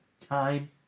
time